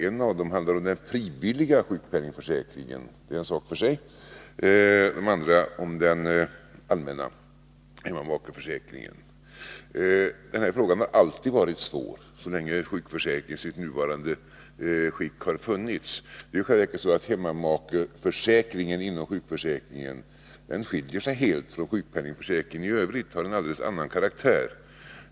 En av dem handlar om den frivilliga sjukpenningförsäkringen — det är en sak för sig. De båda andra handlar om den allmänna hemmamakeförsäkringen. Så länge sjukförsäk ringeni sitt nuvarande skick har funnits, har den här frågan varit svår. I själva verket är det så, att hemmamakeförsäkringen inom sjukförsäkringen helt skiljer sig från sjukpenningförsäkringen i övrigt. Den har en helt annan karaktär.